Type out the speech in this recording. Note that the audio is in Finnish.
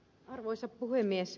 arvoisa puhemies